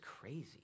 crazy